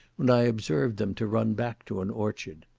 when i observed them to run back to an orchard.